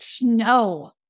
no